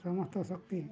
ସମସ୍ତ ଶକ୍ତି